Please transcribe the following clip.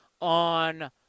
on